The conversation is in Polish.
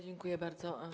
Dziękuję bardzo.